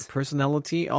Personality